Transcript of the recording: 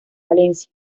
valencia